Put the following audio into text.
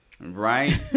Right